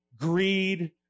greed